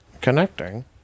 Connecting